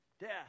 death